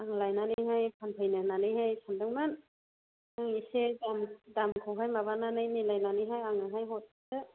आं लायनानैहाय फानफैनो होननानैहाय सानदोंमोन नों एसे दाम दामखौहाय माबानानै मिलायनानैहाय आंनोहाय हरदो